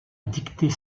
dicter